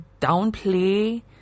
Downplay